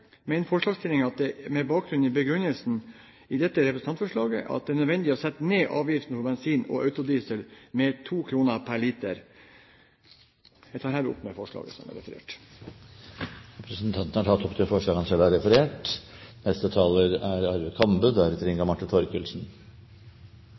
mener forslagsstillerne at det med bakgrunn i begrunnelsen i dette representantforslaget er nødvendig å sette ned avgiftene på bensin og autodiesel med 2 kr per liter. Jeg tar herved opp det forslaget som jeg refererer til. Representanten Kenneth Svendsen har tatt opp det forslaget han refererte til. I Norge har